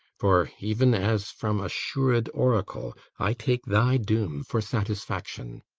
for, even as from assured oracle, i take thy doom for satisfaction.